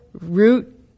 root